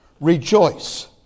Rejoice